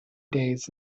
days